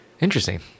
Interesting